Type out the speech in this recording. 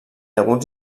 alguns